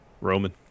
roman